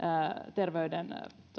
terveyden